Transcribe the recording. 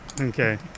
Okay